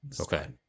Okay